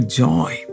joy